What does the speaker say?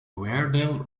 weardale